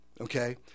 okay